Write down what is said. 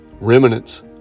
remnants